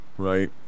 Right